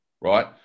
Right